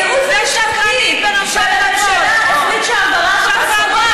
הייעוץ המשפטי של הממשלה החליט שההעברה,